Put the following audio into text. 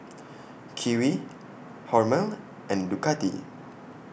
Kiwi Hormel and Ducati